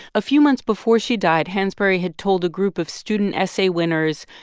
a few months before she died, hansberry had told a group of student essay winners,